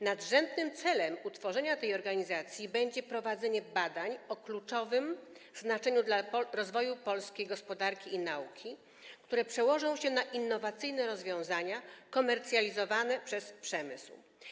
Nadrzędnym celem utworzenia tej organizacji będzie prowadzenie badań o kluczowym znaczeniu dla rozwoju polskiej gospodarki i nauki, które przełożą się na innowacyjne rozwiązania, komercjalizowane przez przemysł.